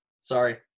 sorry